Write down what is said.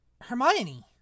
Hermione